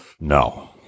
No